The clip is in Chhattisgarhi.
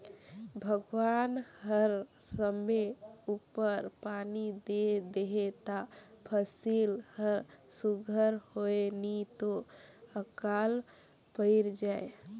भगवान हर समे उपर पानी दे देहे ता फसिल हर सुग्घर होए नी तो अकाल पइर जाए